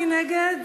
מי נגד?